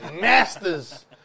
masters